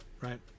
Right